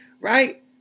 right